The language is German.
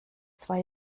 zwei